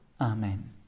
Amen